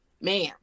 Man